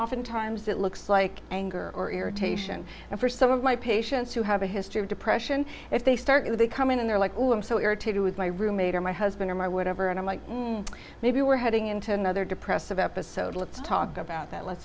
often times that looks like anger or irritation and for some of my patients who have a history of depression if they start to they come in and they're like oh i'm so irritated with my roommate or my husband or my whatever and i'm like maybe we're heading into another depressive episode let's talk about